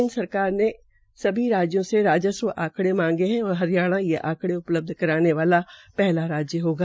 केन्द्र सरकार ने सभी राजयों से राज्स्व आंकड़े मांगे है और हरियाणा मे उपलब्ध कराने वाला पहला राज्य होगा